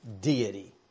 deity